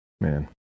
Man